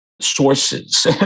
sources